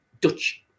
Dutch